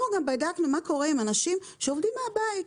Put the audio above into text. אנחנו גם בדקנו מה קורה עם אנשים שעובדים מהבית,